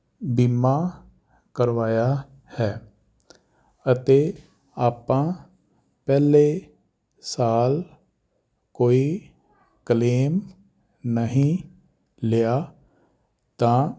ਬੀਮਾ ਕਰਵਾਇਆ ਹੈ ਅਤੇ ਆਪਾਂ ਪਹਿਲੇ ਸਾਲ ਕੋਈ ਕਲੇਮ ਨਹੀਂ ਲਿਆ ਤਾਂ